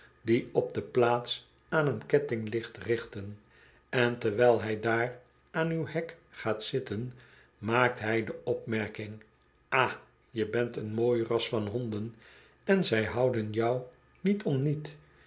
die op de plaats aan een ketting ligt richten en terwyl hy daar aan uw hek gaat zitten maakt hij de opmerking au je bent een mooi ras van honden en zij houden jou niet om niet